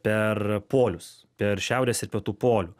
per polius per šiaurės ir pietų polių